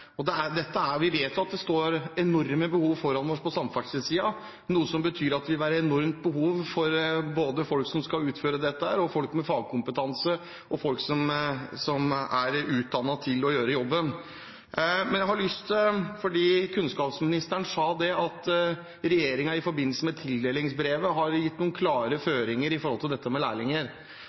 og samstundes skal ein rettleia lærlingar. Det er veldig bra at statsråden tar med seg disse tingene tilbake. Vi vet at vi har enorme oppgaver foran oss på samferdselssiden, noe som betyr at det vil være et enormt behov for både folk som skal utføre dette, folk med fagkompetanse og folk som er utdannet til å gjøre jobben. Fordi kunnskapsministeren sa at regjeringen i forbindelse med tildelingsbrevet har gitt noen klare føringer når det gjelder dette med lærlinger,